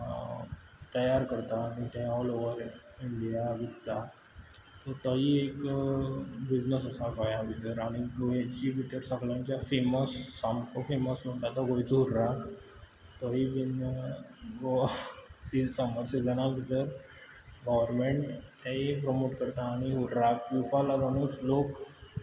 तयार करता आनी तें ओल ओव्हर इंडिया विकता तोय एक बिजनस असो गोंयां भितर रावन गोंयचे भितर सगळ्यांत फॅमस सामको फॅमस म्हणटा तो गोंयचो उर्राक तोय बीन समर सिजना भितर गव्हर्मेंट तेंय प्रमोट करता आनी उर्राक पिवपा लागुनूच लोक